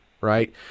Right